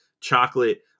chocolate